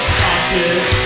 pockets